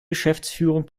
geschäftsführung